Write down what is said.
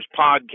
Podcast